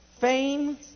fame